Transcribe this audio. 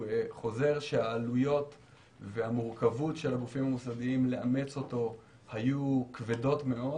חוזר שהעלויות והמורכבות של הגופים המוסדיים לאמץ אותו היו כבדות מאוד.